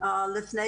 PCR לפני